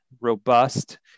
robust